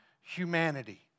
humanity